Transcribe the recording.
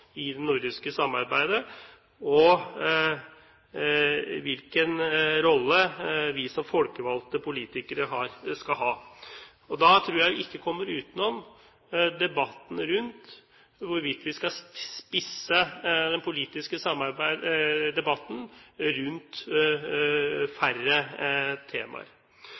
i det nordiske samarbeidet, og finne ut hvilken rolle vi som folkevalgte politikere skal ha. Da tror jeg vi ikke kommer utenom debatten rundt hvorvidt vi skal spisse den politiske debatten omkring færre temaer.